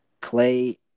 Clay